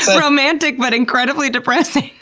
romantic but incredibly depressing.